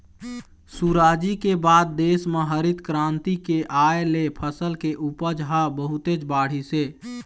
सुराजी के बाद देश म हरित करांति के आए ले फसल के उपज ह बहुतेच बाढ़िस हे